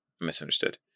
Misunderstood